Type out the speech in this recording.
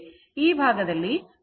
ಈ ಭಾಗದಲ್ಲಿ θ ಹೆಚ್ಚುತ್ತಿದೆ